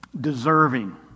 deserving